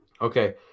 Okay